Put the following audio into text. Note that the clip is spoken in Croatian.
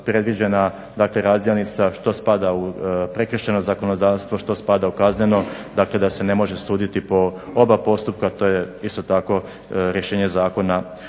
predviđena dakle razdjelnica što spada u prekršajno zakonodavstvo, što spada u kazneno. Dakle, da se ne može suditi po oba postupka. To je isto tako rješenje zakona